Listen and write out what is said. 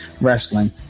wrestling